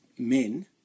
men